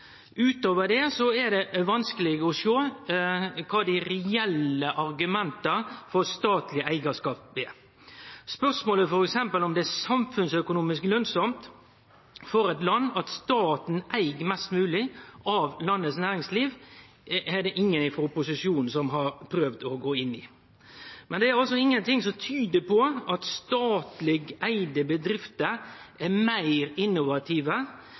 Utover dette er det vanskeleg å sjå kva som er dei reelle argumenta for statleg eigarskap. Spørsmålet om det er samfunnsøkonomisk lønsamt for eit land at staten eig mest mogleg av landets næringsliv, er det f.eks. ingen frå opposisjonen som har prøvd å gå inn i. Men det er altså ingenting som tyder på at statleg eigde bedrifter er meir innovative